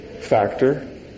factor